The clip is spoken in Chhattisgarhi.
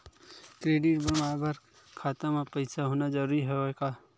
क्रेडिट बनवाय बर खाता म पईसा होना जरूरी हवय का?